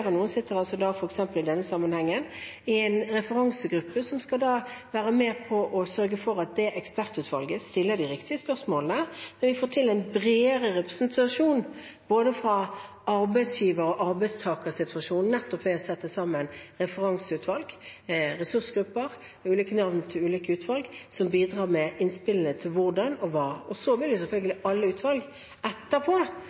noen, sitter i denne sammenhengen i en referansegruppe som skal være med og sørge for at det ekspertutvalget stiller de riktige spørsmålene. Vi får en bredere representasjon fra både arbeidsgiver- og arbeidstakersiden ved å sette sammen referanseutvalg, ressursgrupper, til ulike utvalg som bidrar med innspill til hvordan og hva. Så vil